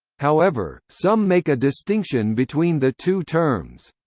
however, some make a distinction between the two terms.